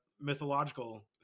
mythological